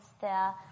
der